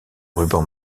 ruban